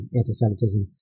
anti-Semitism